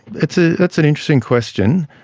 that's ah that's an interesting question.